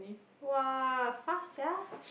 [wah] fast sia